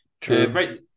True